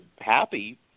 happy